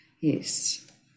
yes